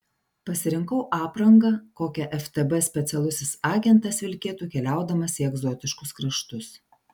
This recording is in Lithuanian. pasirinkau aprangą kokią ftb specialusis agentas vilkėtų keliaudamas į egzotiškus kraštus